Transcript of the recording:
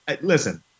listen